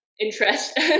interest